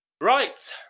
Right